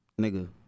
nigga